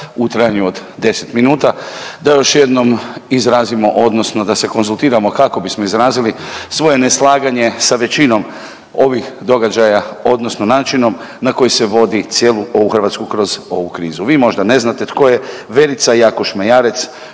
u trajanju od 10 minuta da još jednom izrazimo odnosno da se konzultiramo kako bismo izrazili svoje neslaganje sa većinom ovih događaja odnosno načinom na koji se vodi cijelu ovu Hrvatsku kroz ovu krizu. Vi možda ne znate tko je Verica Jakoš Mejarec,